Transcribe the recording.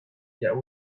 that